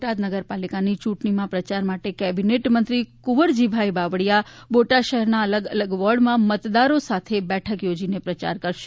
બોટાદ નગરપાલિકાની ચૂંટણીમાં પ્રચાર માટે કેબિનેટ મંત્રી કુંવરજીભાઈ બાવળિયા બોટાદ શહેરના અલગ અલગ વોર્ડમાં મતદારો સાથે બેઠક યોજીને પ્રચાર કરશે